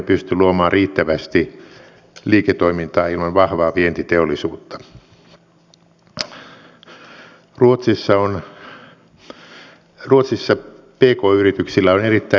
mutta nyt oikeastaan kolmeen asiaan tässä vielä lopuksi vielä vastaan